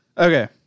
Okay